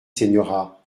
señora